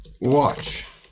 watch